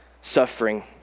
suffering